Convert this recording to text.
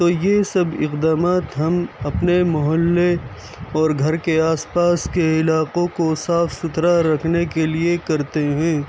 تو یہ سب اقدامات ہم اپنے محلّے اور گھر کے آس پاس کے علاقوں کو صاف سُتھرا رکھنے کے لیے کرتے ہیں